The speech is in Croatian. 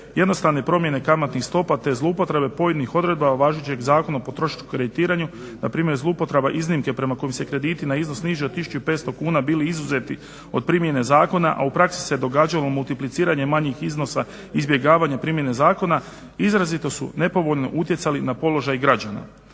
jednostavne promjene kamatnih stopa te zloupotrebe pojedinih odredaba važećeg Zakona o potrošačkom kreditiranju, npr. zloupotreba iznimke prema kojem se krediti na iznos niži od 1500 kn bili izuzeti od primjene zakona, a u praksi se događalo multipliciranje manjih iznosa, izbjegavanje primjene zakona. Izrazito su nepovoljno utjecali na položaj građana.